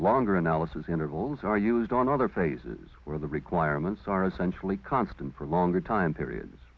longer analysis intervals are used on other phases where the requirements are essentially constant for longer time periods